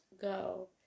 go